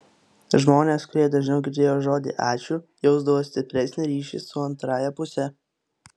žmonės kurie dažniau girdėjo žodį ačiū jausdavo stipresnį ryšį su antrąja puse